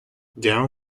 down